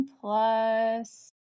plus